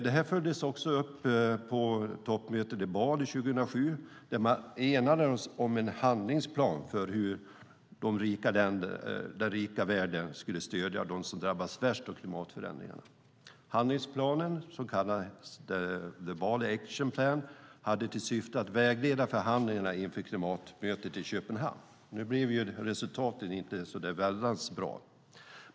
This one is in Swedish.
Detta följdes också upp på toppmötet i Bali 2007 där man enades om en handlingsplan för hur den rika världen skulle stödja dem som drabbats värst av klimatförändringarna. Handlingsplanen kallades The Bali Action Plan och hade till syfte att vägleda klimatförhandlingarna inför klimatmötet i Köpenhamn. Nu blev resultatet inte så väldigt bra.